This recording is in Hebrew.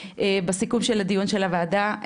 בסיכום של הדיון של הוועדה,